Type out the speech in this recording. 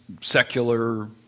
secular